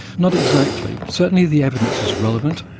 not exactly. certainly the evidence is relevant,